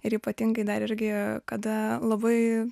ir ypatingai dar irgi kada labai